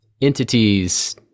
entities